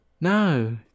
No